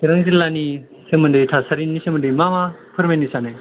सिरां जिल्लानि सोमोन्दै थासारिनि सोमोन्दै मा मा फोरमायनो सानो